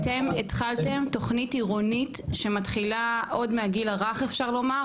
אתם התחלתם תוכנית עירונית שמתחילה עוד מהגיל הרך אפשר לומר?